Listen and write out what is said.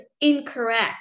incorrect